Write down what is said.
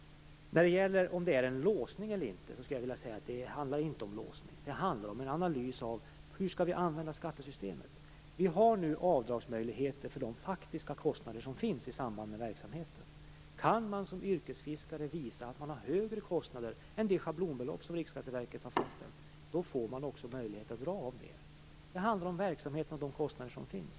När det gäller huruvida det är en låsning eller inte skulle jag vilja säga att det inte handlar om låsning. Det handlar om en analys av hur vi skall använda skattesystemet. Vi har nu avdragsmöjligheter för de faktiska kostnader som finns i samband med verksamheten. Kan man som yrkesfiskare visa att man har högre kostnader än det schablonbelopp som Riksskatteverket har fastställt får man också möjlighet att dra av mer. Det handlar om verksamheten och de kostnader som finns.